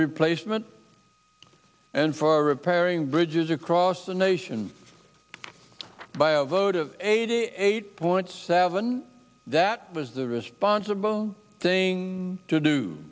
replacement and for repairing bridges across the nation by a vote of eighty eight point seven that was the responsible thing to do